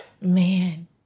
Man